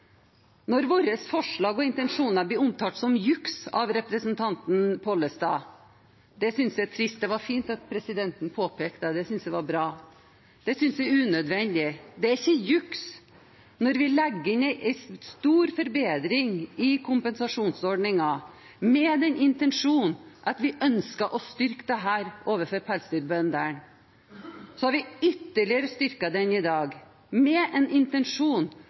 Når vårt forslag og våre intensjoner blir omtalt av representanten Pollestad som juks, synes jeg det er trist – det var fint at presidenten påpekte det, det synes jeg var bra – og unødvendig. Det er ikke juks når vi legger inn en stor forbedring i kompensasjonsordningen, med den intensjonen at vi ønsker å styrke den overfor pelsdyrbøndene. Så har vi ytterligere styrket den i dag, med en intensjon